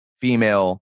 female